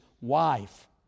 wife